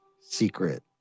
secret